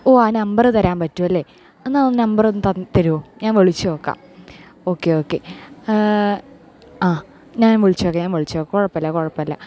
ഓ ആ നമ്പർ തരാൻ പറ്റുമല്ലേ എന്നാൽ ഒന്ന് ആ നമ്പർ ഒന്ന് തരുമോ ഞാൻ വിളിച്ച് നോക്കാം ഓക്കേ ഓക്കേ ആ ഞാൻ വിളിച്ച് നോക്കാം ഞാൻ വിളിച്ച് നോക്കാം കുഴപ്പമില്ല കുഴപ്പമില്ല